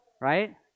Right